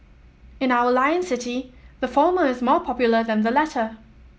in our Lion City the former is more popular than the latter